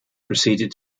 proceeded